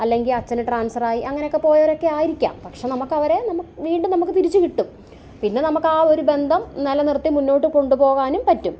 അല്ലെങ്കിൽ അച്ഛൻന് ട്രാൻസ്ഫറായി അങ്ങനെയൊക്കെ പോയവരൊക്കെ ആയിരിക്കാം പക്ഷേ നമുക്ക് അവരെ വീണ്ടും നമുക്ക് തിരിച്ചു കിട്ടും പിന്നെ നമുക്ക് ആ ഒരു ബന്ധം നിലനിർത്തി മുന്നോട്ടു കൊണ്ടുപോകാനും പറ്റും